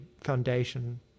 foundation